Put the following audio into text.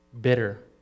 bitter